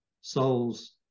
souls